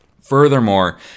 Furthermore